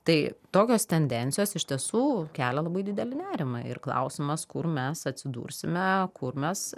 tai tokios tendencijos iš tiesų kelia labai didelį nerimą ir klausimas kur mes atsidursime kur mes